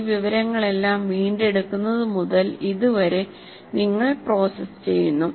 ഈ വിവരങ്ങളെല്ലാം വീണ്ടെടുക്കുന്നതു മുതൽ ഇതുവരെ നിങ്ങൾ പ്രോസസ്സ് ചെയ്യുന്നു